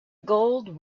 gold